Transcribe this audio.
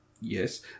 Yes